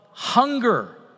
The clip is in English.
Hunger